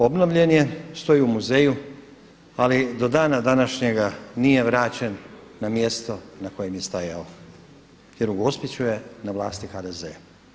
Obnovljen je, stoji u muzeju ali do dana današnjega nije vraćen na mjesto na kojem je stajao jer u Gospiću je na vlasti HDZ.